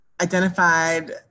identified